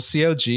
COG